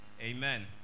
Amen